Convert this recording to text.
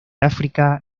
áfrica